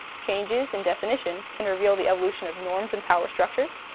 changes in definition can reveal the illusion of norms in power structures,